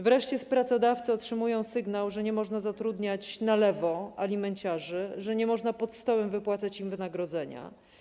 Wreszcie pracodawcy otrzymują sygnał, że nie można zatrudniać na lewo alimenciarzy, że nie można pod stołem wypłacać im wynagrodzenia.